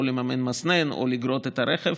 לממן מסנן או לגרוט את הרכב.